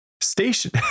Station